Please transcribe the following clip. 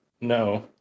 No